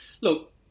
look